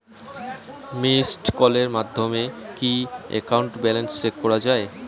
Missed কলের মাধ্যমে কি একাউন্ট ব্যালেন্স চেক করা যায়?